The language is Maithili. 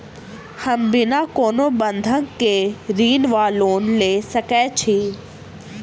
हम बिना कोनो बंधक केँ ऋण वा लोन लऽ सकै छी?